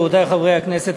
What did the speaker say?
רבותי חברי הכנסת,